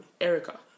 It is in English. Erica